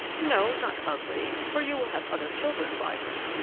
no, not ugly, for you will have other children by her,